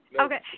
Okay